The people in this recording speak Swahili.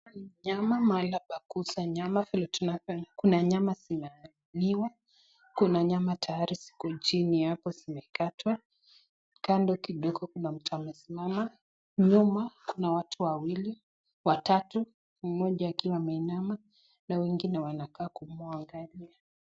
Nyama mahali pa kuuza nyama vile tunavyoona kuna nyama zimeinuliwa, kuna nyama tayari ziko jini hapo zimektwa, kando kidogo kuna mtu amesimama, nyuma kuna watu wawili watatu mmoja akiwa amesimama na wengine wanakaa kumwangalia.